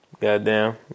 Goddamn